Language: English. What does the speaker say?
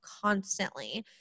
constantly